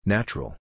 Natural